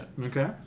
Okay